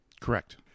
Correct